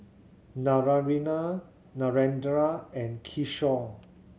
Naraina Narendra and Kishore